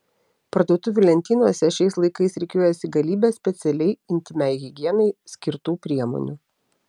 parduotuvių lentynose šiais laikais rikiuojasi galybė specialiai intymiai higienai skirtų priemonių